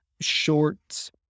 shorts